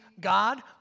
God